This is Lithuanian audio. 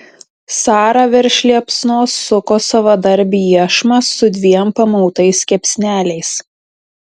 sara virš liepsnos suko savadarbį iešmą su dviem pamautais kepsneliais